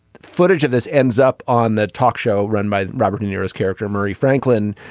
footage of this ends up on the talk show run by robert de niro's character murray franklin.